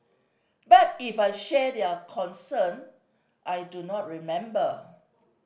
but if I shared their concern I do not remember